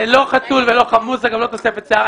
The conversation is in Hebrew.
זה לא חתול, לא חמוס וגם לא תוספת שיער.